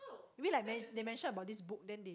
maybe like man they mention about this book then they